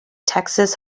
texas